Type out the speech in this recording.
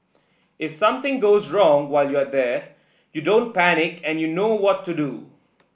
if something goes wrong while you're there you don't panic and you know what to do